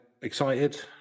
Excited